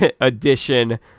edition